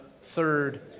third